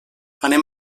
anem